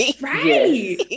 Right